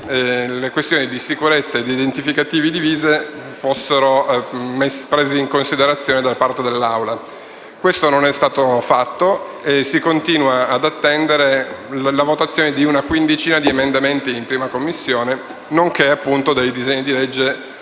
le questioni di sicurezza e gli identificativi sulle divise fossero prese in considerazione da parte dell'Aula. Questo non è stato fatto e si continua ad attendere la votazione di una quindicina di emendamenti in 1a Commissione, nonché dei disegni di legge delle